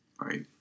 Right